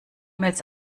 mails